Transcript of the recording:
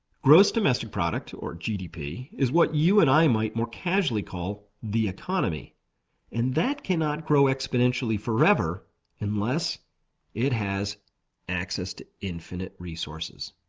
gross domestic product or gdp, is what you or and i might more casually call the economy and that cannot grow exponentially forever unless it has access to infinite resources.